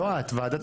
לא את, ועדת הכספים.